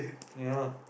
ya